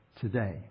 today